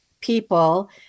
people